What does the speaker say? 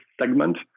segment